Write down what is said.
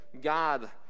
God